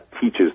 teaches